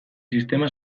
sistema